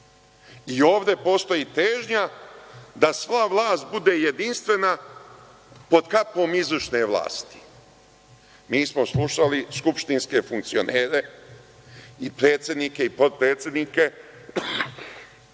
i ovde postoji težnja da sva vlast bude jedinstvena pod kapom izvršne vlasti. Mi smo slušali skupštinske funkcionere i predsednike i potpredsednike